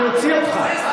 אני אוציא אותך.